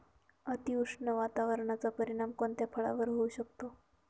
अतिउष्ण वातावरणाचा परिणाम कोणत्या फळावर होऊ शकतो?